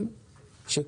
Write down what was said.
לא לתת לכל